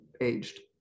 aged